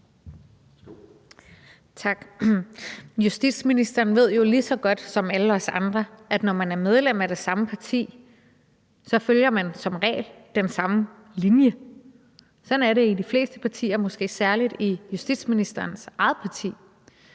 Tak. Justitsministeren ved jo lige så godt som alle os andre, at når man er medlem af det samme parti, følger man som regel den samme linje. Sådan er det i de fleste partier, måske særlig i justitsministerens eget parti.